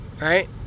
right